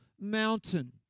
mountain